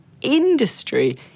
industry